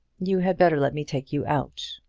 you had better let me take you out.